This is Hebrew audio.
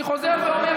אני חוזר ואומר,